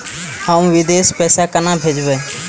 हम विदेश पैसा केना भेजबे?